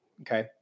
Okay